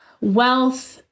wealth